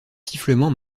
sifflements